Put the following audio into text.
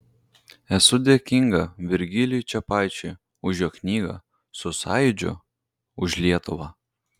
esu dėkinga virgilijui čepaičiui už jo knygą su sąjūdžiu už lietuvą